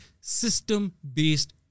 system-based